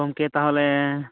ᱜᱚᱢᱠᱮ ᱛᱟᱦᱚᱞᱮ